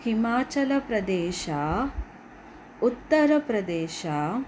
Himachal Pradesh Uttar Pradesh